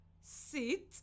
sit